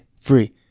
free